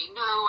no